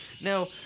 Now